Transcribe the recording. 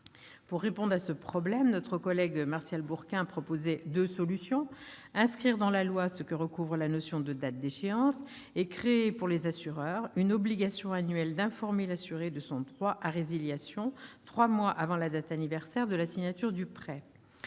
Pour répondre à ce problème, notre collègue Martial Bourquin proposait deux solutions : inscrire dans la loi de ce que recouvre la notion de date d'échéance et créer, pour les assureurs, d'une obligation annuelle d'informer l'assuré de son droit à résiliation, trois mois avant la date anniversaire de la signature du prêt.